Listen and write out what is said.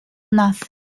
nothing